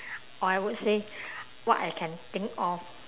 or I would say what I can think of